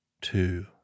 two